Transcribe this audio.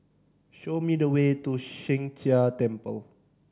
show me the way to Sheng Jia Temple